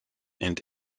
and